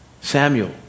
Samuel